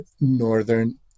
Northern